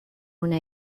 una